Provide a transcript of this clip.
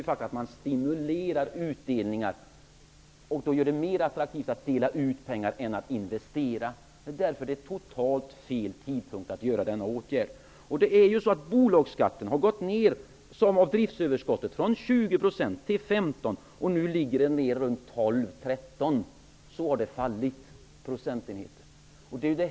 Den innebär att man stimulerar till utdelningar och gör det mer attraktivt att dela ut pengar än att investera. Det är därför totalt fel tidpunkt att nu vidta denna åtgärd. Bolagsskatten har dessutom gått ned som andel av driftsöverskottet, först från 20 % till 15 %, och nu ligger den på ungefär 12--13 %.